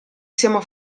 siamo